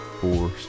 four